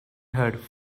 heard